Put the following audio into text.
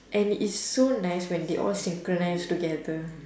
and it's so nice when they all synchronise together